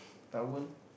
towel